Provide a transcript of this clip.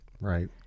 right